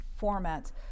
formats